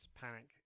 panic